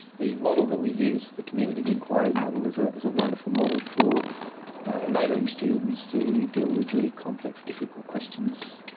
the model that we use, the community of enquiry model is ah is a wonderful model for enabling students to deal with really complex difficult questions,